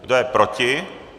Kdo je proti?